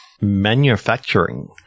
Manufacturing